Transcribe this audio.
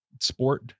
sport